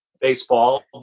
baseball